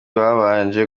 babanje